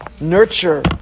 nurture